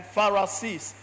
Pharisees